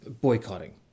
boycotting